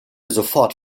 sofort